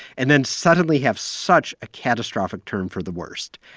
and then suddenly have such a catastrophic turn for the worst.